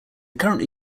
currently